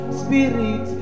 spirit